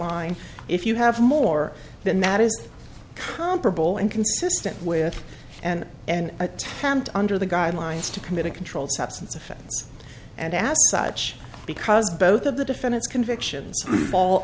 line if you have more than that is comparable and consistent with and an attempt under the guidelines to commit a controlled substance offense and ask such because both of the defendants convictions fall